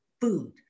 food